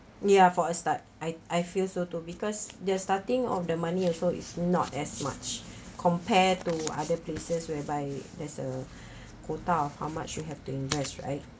ya for a start I I feel so too because the starting off the money also is not as much compare to other places whereby there's a quota of how much you have to invest right